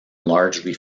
largely